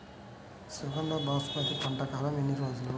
సుగంధ బాస్మతి పంట కాలం ఎన్ని రోజులు?